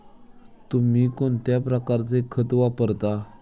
तुम्ही कोणत्या प्रकारचे खत वापरता?